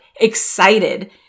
excited